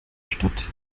stadt